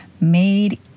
made